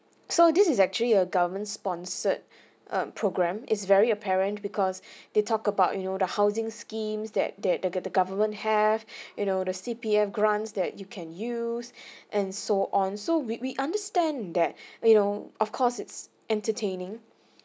so this is actually a government sponsored um program is very apparent because they talk about you know the housing schemes that that they get the government have you know the C_P_F grants that you can use and so on so we we understand that you know of course it's entertaining